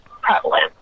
prevalent